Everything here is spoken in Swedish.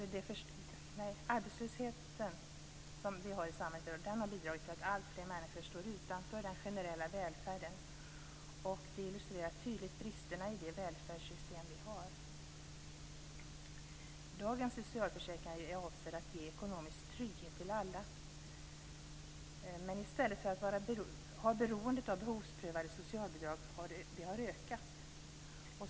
Den arbetslöshet som vi har i samhället har bidragit till att alltfler människor står utanför den generella välfärden. Det illustrerar tydligt bristerna i det välfärdssystem vi har. Dagens socialförsäkringar är avsedda att ge ekonomisk trygghet till alla. Men i stället har beroendet av behovsprövade socialbidrag ökat.